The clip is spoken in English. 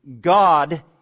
God